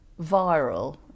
viral